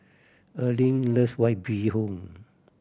Earline loves White Bee Hoon